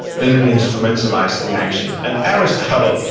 then we instrumentalize the action. and aristotle,